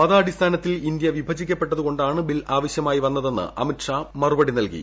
മത അടിസ്ഥാനത്തിൽ India വിഭജിക്കപ്പെട്ടതുകൊണ്ടാണ് bill ആവശ്യമായി വന്നതെന്ന് അമിത്ഷാ മറുപടി നൽകി